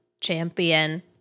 champion